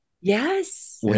yes